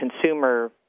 consumer